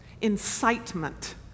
incitement